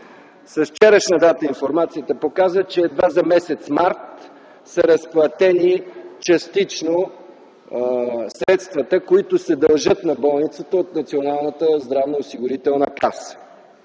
С вчерашна дата информацията показва, че едва за март т.г. са разплатени частично средствата, които се дължат на болницата от Националната здравноосигурителна каса.